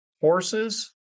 horses